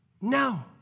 No